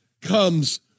comes